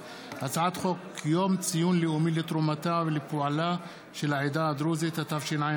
זו לא הכרזה על מבצע,